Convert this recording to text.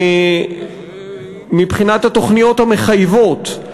מבחינת התוכניות המחייבות.